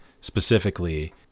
specifically